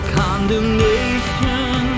condemnation